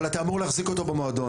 אבל אתה אמור להחזיק אותו במועדון.